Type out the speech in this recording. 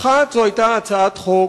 האחת היתה הצעת חוק